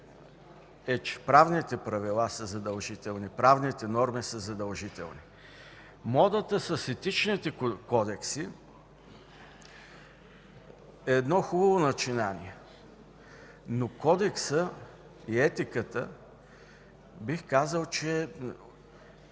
е, че правните правила са задължителни, правните норми са задължителни. Модата с етичните кодекси е хубаво начинание, но кодексът и етиката, бих казал, че е